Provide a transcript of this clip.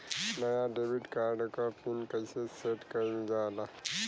नया debit card क pin कईसे सेट कईल जाला?